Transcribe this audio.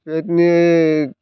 बेबायदिनो